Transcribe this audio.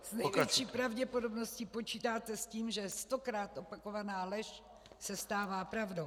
S největší pravděpodobností počítáte s tím, že stokrát opakovaná lež se stává pravdou.